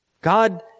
God